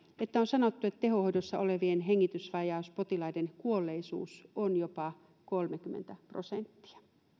että on sanottu että tehohoidossa olevien hengitysvajauspotilaiden kuolleisuus on jopa kolmekymmentä prosenttia